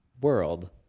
world